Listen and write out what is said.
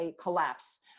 collapse